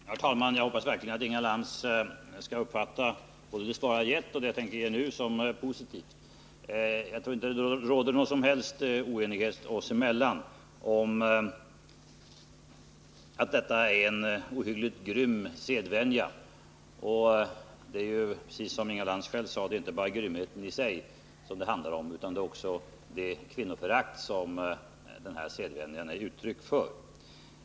Herr talman! Jag hoppas verkligen att Inga Lantz skall uppfatta både det svar jag givit och det jag tänker ge nu som positiva. Jag tror inte att det råder någon som helst oenighet oss emellan om att detta är en ohyggligt grym sedvänja. Det är som Inga Lantz sade inte bara grymheten i sig själv som det handlar om utan det gäller också det kvinnoförakt som denna sedvänja är ett uttryck för.